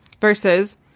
versus